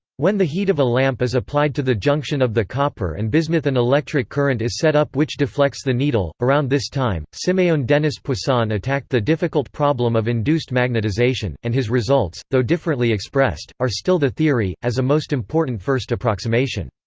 when the heat of a lamp is applied to the junction of the copper and bismuth an electric current is set up which deflects the needle around this time, simeon denis poisson attacked the difficult problem of induced magnetization, and his results, though differently expressed, are still the theory, as a most important first approximation.